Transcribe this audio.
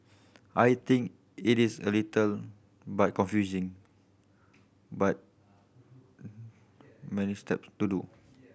I think it is a little but confusing but many steps to do